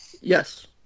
Yes